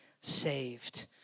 saved